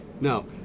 No